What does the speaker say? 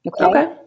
Okay